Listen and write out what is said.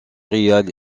real